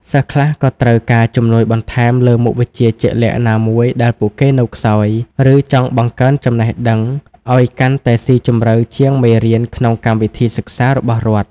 សិស្សខ្លះក៏ត្រូវការជំនួយបន្ថែមលើមុខវិជ្ជាជាក់លាក់ណាមួយដែលពួកគេនៅខ្សោយ ឬចង់បង្កើនចំណេះដឹងឲ្យកាន់តែស៊ីជម្រៅជាងមេរៀនក្នុងកម្មវិធីសិក្សារបស់រដ្ឋ។